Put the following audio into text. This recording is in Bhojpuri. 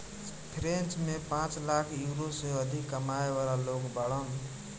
फ्रेंच में पांच लाख यूरो से अधिक कमाए वाला लोग बाड़न